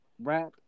rap